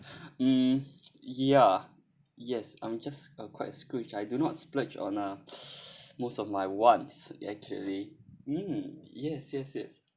mm ya yes I'm just uh quite scrooge I do not splurge on uh most of my wants actually mm yes yes yes